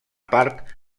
part